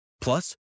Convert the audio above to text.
Plus